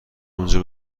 اونجا